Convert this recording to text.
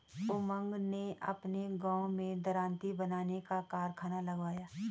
उमंग ने अपने गांव में दरांती बनाने का कारखाना लगाया